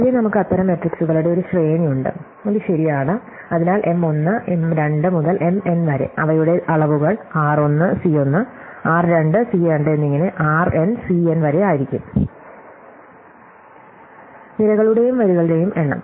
പൊതുവേ നമുക്ക് അത്തരം മെട്രിക്സുകളുടെ ഒരു ശ്രേണി ഉണ്ട് അത് ശരിയാണ് അതിനാൽ M 1 M 2 മുതൽ M n വരെ അവയുടെ അളവുകൾ r 1 C 1 r 2 C 2 എന്നിങ്ങനെ rn C n വരെ ആയിരിക്കും നിരകളുടെയും വരികളുടെയും എണ്ണം